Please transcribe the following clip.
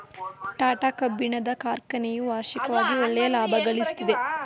ಟಾಟಾ ಕಬ್ಬಿಣದ ಕಾರ್ಖನೆಯು ವಾರ್ಷಿಕವಾಗಿ ಒಳ್ಳೆಯ ಲಾಭಗಳಿಸ್ತಿದೆ